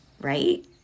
right